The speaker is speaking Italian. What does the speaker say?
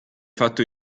fatto